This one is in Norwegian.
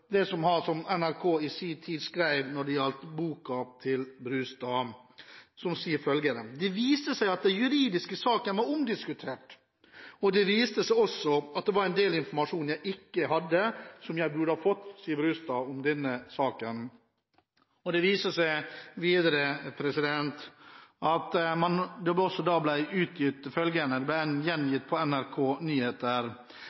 det interessant å lese det som NRK i sin tid skrev når det gjaldt boken til Brustad, som sa at det viste seg at den juridiske saken var omdiskutert. Brustad sa om denne saken at det viste seg også at det var en del informasjon hun ikke hadde, som hun burde ha fått. Etter at den tidligere næringsministeren gikk ut offentlig og sa at hun var forbannet, som det ble gjengitt på NRK Nyheter, viste det